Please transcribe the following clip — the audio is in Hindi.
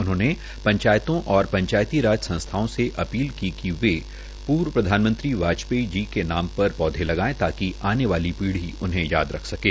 उन्होंने पंचायतों और पंचायती राज संस्थाओं से अपीलकी कि वे प्रधानमंत्री वाजपेयी जी के नाम पर पौधे लगाये ताकि आने वाली पीढ़ी उन्हें याद रख सकें